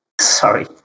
Sorry